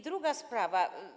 Druga sprawa.